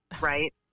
Right